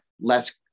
less